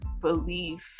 belief